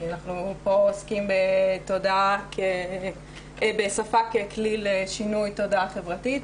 אנחנו עוסקים פה בשפה ככלי לשינוי תודעה חברתית.